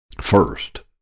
First